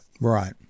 Right